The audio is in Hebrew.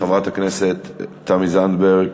חברת הכנסת תמי זנדברג,